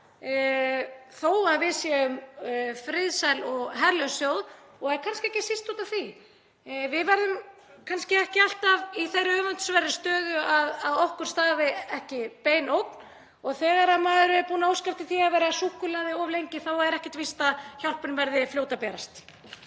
þó að við séum friðsæl og herlaus þjóð. Og kannski ekki síst út af því. Við verðum kannski ekki alltaf í þeirri öfundsverðu stöðu að að okkur steðji ekki bein ógn og þegar maður er búinn að óska eftir því að vera súkkulaði of lengi þá er ekkert víst að hjálpin verði fljót að berast.